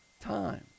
time